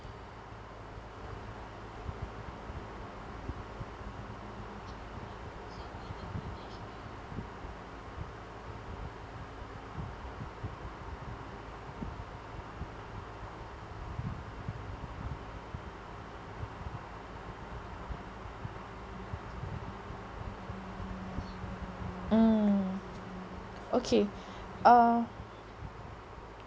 mm okay uh